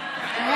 אצטרך.